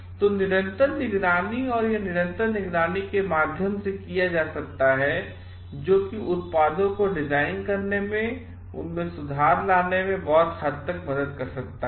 तो निरंतर निगरानी और यह निरंतर निगरानी के माध्यम से किया जा सकता है जो कि उत्पादों को डिजाइन करने में और सुधार लाने में बहुत हद तक मदद कर सकता है